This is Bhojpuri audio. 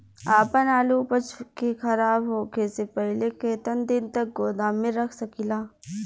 आपन आलू उपज के खराब होखे से पहिले केतन दिन तक गोदाम में रख सकिला?